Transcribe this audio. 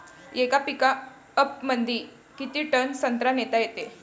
येका पिकअपमंदी किती टन संत्रा नेता येते?